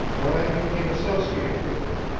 when i became associated with them,